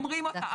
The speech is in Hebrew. אומרים אותה,